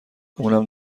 اونم